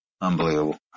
Unbelievable